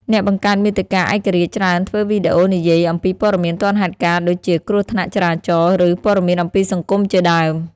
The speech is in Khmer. អ្នកបង្កើតមាតិកាឯករាជ្យច្រើនធ្វើវីដេអូនិយាយអំពីពត៌មានទាន់ហេតុការណ៍ដូចជាគ្រោះថ្នាក់ចរាចរណ៍ ឬ ព័ត៌មានអំពីសង្គមជាដើម។។